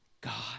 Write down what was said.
God